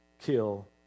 kill